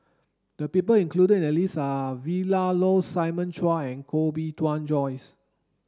the people included in the list are Vilma Laus Simon Chua and Koh Bee Tuan Joyce